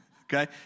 Okay